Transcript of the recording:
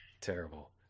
terrible